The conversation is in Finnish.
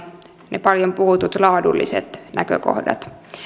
ne paljon puhutut laadulliset näkökohdat